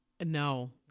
no